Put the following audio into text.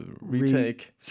Retake